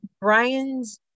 Brian's